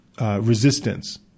resistance